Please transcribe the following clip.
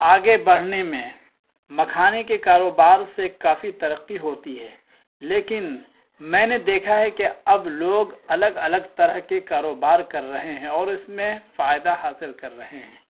آگے بڑھنے میں مکھانے کے کاروبار سے کافی ترقی ہوتی ہے لیکن میں نے دیکھا ہے کہ اب لوگ الگ الگ طرح کے کاروبار کر رہے ہیں اور اس میں فائدہ حاصل کر رہے ہیں